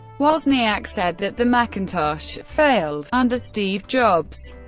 wozniak said that the macintosh failed under steve jobs,